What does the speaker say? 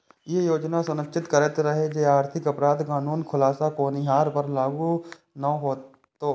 ई योजना सुनिश्चित करैत रहै जे आर्थिक अपराध कानून खुलासा केनिहार पर लागू नै हेतै